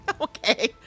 Okay